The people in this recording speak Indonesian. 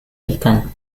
ikan